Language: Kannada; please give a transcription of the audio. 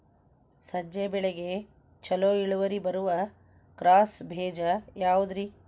ಸಜ್ಜೆ ಬೆಳೆಗೆ ಛಲೋ ಇಳುವರಿ ಬರುವ ಕ್ರಾಸ್ ಬೇಜ ಯಾವುದ್ರಿ?